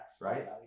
right